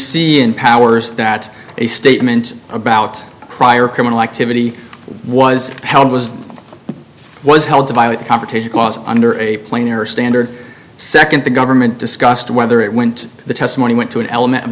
see in powers that a statement about prior criminal activity was held was was held by a competition was under a plane or standard second the government discussed whether it went the testimony went to an element of